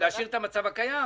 להשאיר את המצב הקיים?